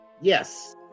Yes